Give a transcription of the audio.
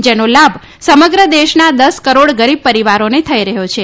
જેનો લાભ સમગ્ર દેશના દસ કરોડ ગરીબ પરિવારોને થઈ રહ્યો છે